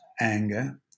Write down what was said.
anger